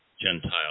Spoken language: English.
Gentile